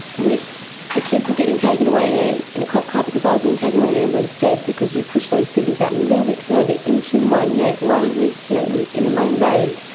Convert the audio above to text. what if the kids were getting taken away in a in a cop car because i was being taken away in an ambulance dead because you pushed those scissors that little bit further into my neck, right underneath here, in in the main vein.